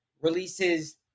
releases